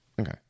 okay